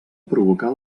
provocar